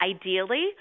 ideally